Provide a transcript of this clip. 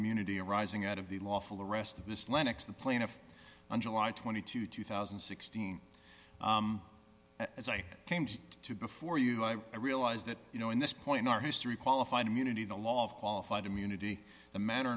immunity arising out of the lawful arrest of this lennox the plaintiff on july twenty two two thousand and sixteen as i came to before you i realize that you know in this point in our history qualified immunity the law of qualified immunity the manner